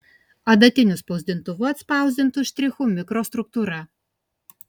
adatiniu spausdintuvu atspausdintų štrichų mikrostruktūra